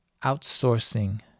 outsourcing